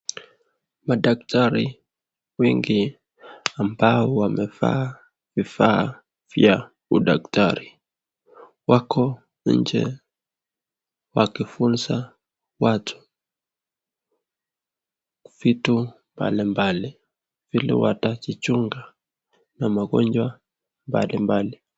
Ni daktari wengi ambao wamevaa vifaa vya udaktari. Wako nje wakifunza watu vitu mbali mbali vile watajichunga na magonjwa mbali mbali.